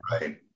Right